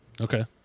Okay